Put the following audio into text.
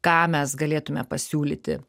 ką mes galėtume pasiūlyti